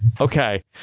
okay